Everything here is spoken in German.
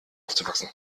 aufzuwachsen